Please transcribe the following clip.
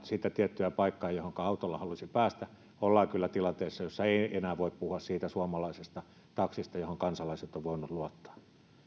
sitä tiettyä paikkaa johonka autolla haluaisi päästä ollaan kyllä tilanteessa jossa ei enää voi puhua siitä suomalaisesta taksista johon kansalaiset ovat voineet luottaa